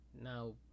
Now